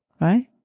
right